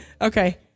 Okay